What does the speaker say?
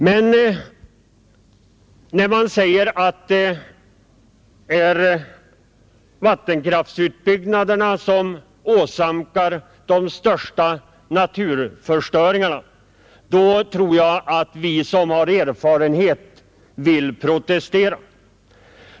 Men när man säger att det är vattenkraftutbyggnaderna som vållar de största naturförstöringarna, då vill vi, som har erfarenhet, protestera.